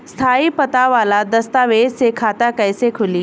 स्थायी पता वाला दस्तावेज़ से खाता कैसे खुली?